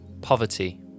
poverty